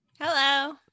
hello